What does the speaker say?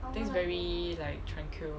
I think it's very like tranquil